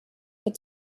but